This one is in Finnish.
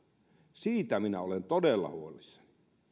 siitä minä olen todella huolissani